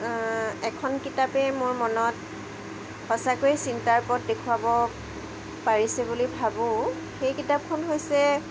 এখন কিতাপে মোৰ মনত সঁচাকৈ চিন্তাৰ পথ দেখুৱাব পাৰিছে বুলি ভাবোঁ সেই কিতাপখন হৈছে